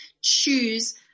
choose